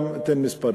גם אתן מספרים.